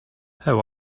how